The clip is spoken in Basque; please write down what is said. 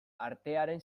artearen